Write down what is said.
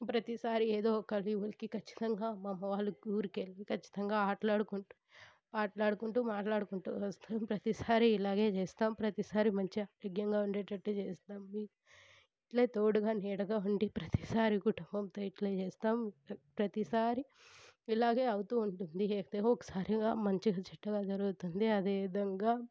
ప్రతిసారి ఏదో ఒకరి ఊరికి ఖచ్చితం మా అమ్మమ్మ వాళ్ళ ఊరికి వెళ్ళి ఖచ్చితంగా ఆటలాడుకుంటు పాటలాడుకుంటు మాట్లాడుకుంటు వస్తాం ప్రతిసారి ఇలాగే చేస్తాం ప్రతిసారి మంచిగా ఆరోగ్యంగా ఉండేటట్టు చేస్తాం ఇలా తోడుగా నీడగా ఉండి ప్రతిసారి కుటుంబంతో ఇట్లనే చేస్తాం ప్రతిసారి ఇలాగే అవుతు ఉంటుంది ఏదో ఒకసారి మంచి చెడ్డగా జరుగుతుంది అదేవిధంగా